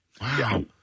Wow